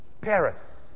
Paris